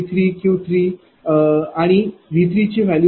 00026527 p